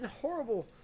horrible